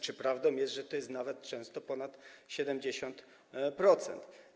Czy prawdą jest, że to jest nawet często ponad 70%?